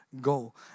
goal